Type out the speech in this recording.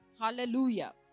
Hallelujah